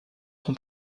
son